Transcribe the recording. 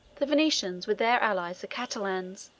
the venetians, with their allies the catalans,